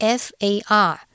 far